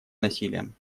насилием